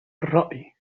الرأي